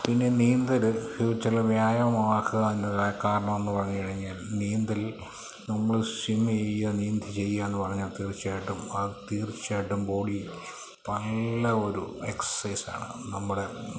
പിന്നെ നീന്തൽ ഫ്യൂച്ചറിൽ വ്യായാമമാക്കാനുള്ള കാരണമെന്നു പറഞ്ഞു കഴിഞ്ഞാൽ നീന്തൽ നമ്മൾ സ്വിമ്മ് ചെയ്യുക നീന്ത് ചെയ്യുക എന്നു പറഞ്ഞാൽ തീർച്ചയായിട്ടും ആ തീർച്ചയായിട്ടും ബോഡി നല്ല ഒരു എക്സൈസാണ് നമ്മുടെ